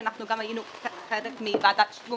שאנחנו גם היינו חלק מוועדת שטרום